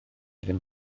ddim